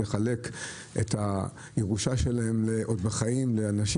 לחלק את הירושה שלהם עוד בחייהם לאנשים.